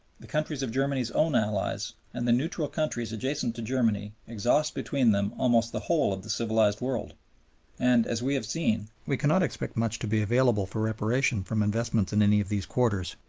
the countries of germany's own allies, and the neutral countries adjacent to germany exhaust between them almost the whole of the civilized world and, as we have seen, we cannot expect much to be available for reparation from investments in any of these quarters.